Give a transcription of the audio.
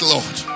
Lord